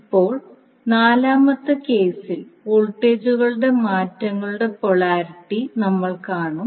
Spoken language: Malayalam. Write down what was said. ഇപ്പോൾ നാലാമത്തെ കേസിൽ വോൾട്ടേജുകളുടെ മാറ്റങ്ങളുടെ പൊളാരിറ്റി നമ്മൾ കാണും